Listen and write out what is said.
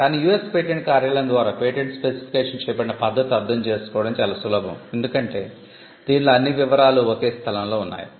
కానీ US patent కార్యాలయం ద్వారా పేటెంట్ స్పెసిఫికేషన్ చేయబడిన పద్ధతి అర్థం చేసుకోవడం చాలా సులభం ఎందుకంటే దీన్లో అన్ని వివరాలు ఒకే స్థలంలో ఉన్నాయి